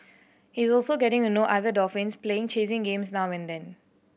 he is also getting to know other dolphins playing chasing games now and then